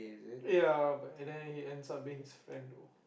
ya but and then he ends up being his friend though